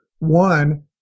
One